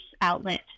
outlet